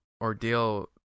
ordeal